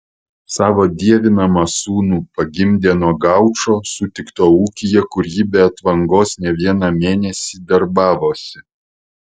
savo dievinamą sūnų pagimdė nuo gaučo sutikto ūkyje kur ji be atvangos ne vieną mėnesį darbavosi